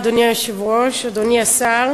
אדוני היושב-ראש, תודה, אדוני השר,